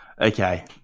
Okay